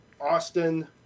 austin